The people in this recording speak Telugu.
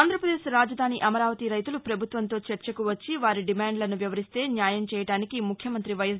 ఆంధ్రాప్రదేశ్ రాజధాని అమరావతి రైతులు పభుత్వంతో చర్చకు వచ్చి వారి డిమాండ్లను వివరిస్తే న్యాయం చేయడానికి ముఖ్యమంత్రి వైఎస్